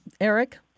Eric